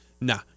nah